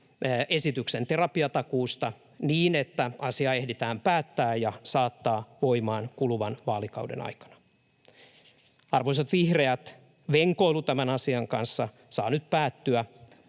esityksen terapiatakuusta niin, että asia ehditään päättää ja saattaa voimaan kuluvan vaalikauden aikana. Arvoisat vihreät, venkoilu tämän asian kanssa saa nyt päättyä.